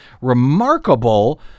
remarkable